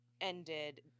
ended